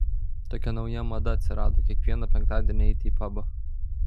tokia nauja mada atsirado kiekvieną penktadienį eiti į pabą